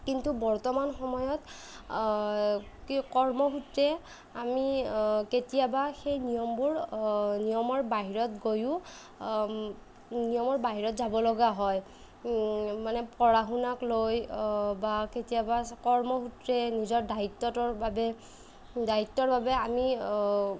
কিন্তু বৰ্তমান সময়ত কি কৰ্মসূত্ৰে আমি কেতিয়াবা সেই নিয়মবোৰ নিয়মৰ বাহিৰত গৈও নিয়মৰ বাহিৰত যাব লগা হয় মানে পঢ়া শুনাক লৈ বা কেতিয়াবা কৰ্মসূত্ৰে নিজৰ দায়িত্বটোৰ বাবে দায়িত্বৰ বাবে আমি